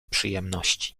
przyjemności